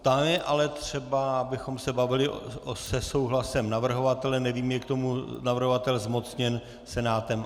Tam je ale třeba, abychom se bavili se souhlasem navrhovatele nevím, jeli k tomu navrhovatel zmocněn Senátem?